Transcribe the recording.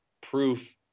proof